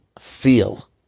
feel